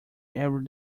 every